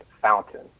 Fountain